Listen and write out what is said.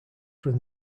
from